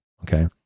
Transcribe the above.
Okay